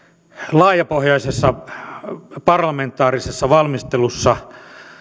laajapohjaisessa parlamentaarisessa valmistelussa